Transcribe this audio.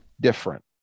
different